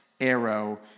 arrow